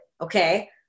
Okay